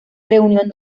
reunión